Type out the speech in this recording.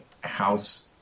house